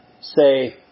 say